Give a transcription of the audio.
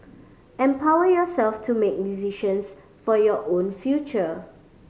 empower yourself to make decisions for your own future